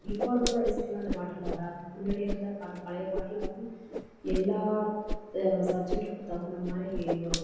அது இப்போது இருக்கிற ரீசென்னாக அந்த பாட்டெல்லாம் வராது முன்னாடி இருந்த அந்த பழைய பாட்டில் வந்து எல்லாம் சப்ஜெட்டுக்கும் தகுந்த மாதிரி வரும்